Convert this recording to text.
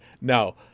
Now